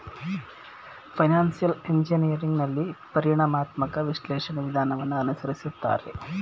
financial engineering ನಲ್ಲಿ ಪರಿಣಾಮಾತ್ಮಕ ವಿಶ್ಲೇಷಣೆ ವಿಧಾನವನ್ನು ಅನುಸರಿಸುತ್ತಾರೆ